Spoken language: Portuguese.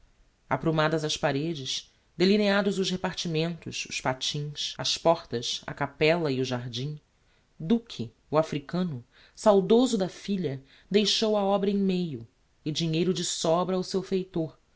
aprumadas as paredes delineados os repartimentos os patins as portas a capella e o jardim duque o africano saudoso da filha deixou a obra em meio e dinheiro de sobra ao seu feitor